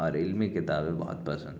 اور علمی کتابیں بہت پسند ہیں